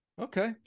okay